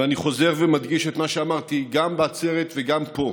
ואני חוזר ומדגיש את מה שאמרתי, גם בעצרת וגם פה: